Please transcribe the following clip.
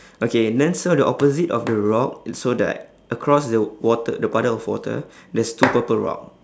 okay then so the opposite of the rock so the like across the water the puddle of water there's two purple rock